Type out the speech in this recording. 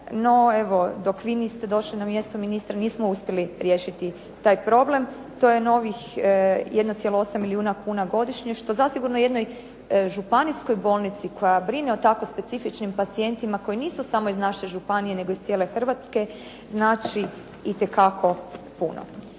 dok vi niste došli na mjesto ministra nismo uspjeli riješiti taj problem. To je novih 1,8 milijuna kuna godišnje što zasigurno jednoj županijskoj bolnici koja brine o tako specifičnim pacijentima koji nisu samo iz naše županije, nego iz cijele Hrvatske, znači itekako puno.